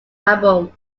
album